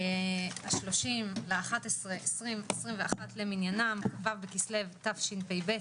היום 30 בנובמבר 2021 למניינם, ו' בכסלו תשפ"ב,